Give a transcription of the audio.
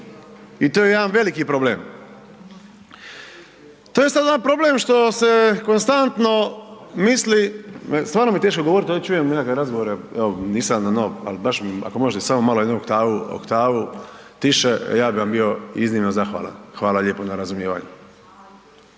I to je jedan veliki problem. To je sad jedan problem što se konstantno misli, stvarno mi je teško govoriti ovdje čujem nekakve razgovore, nisam na …/nerazumljivo/… ako možete samo malo jednu oktavu, oktavu tiše, a ja bi vam bio iznimno zahvalan, hvala lijepo na razumijevanju.